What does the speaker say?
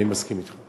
אני מסכים אתך.